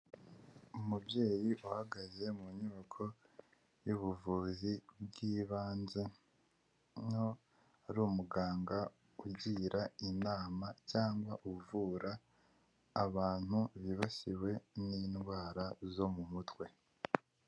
Umubyeyi uhagaze mu nyubako y'ubuvuzi bw'ibanze ni nkaho ari umuganga ugira inama cyangwa uvura abantu bibasiwe n'indwara zo mu mutwe.